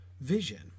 vision